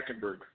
Hackenberg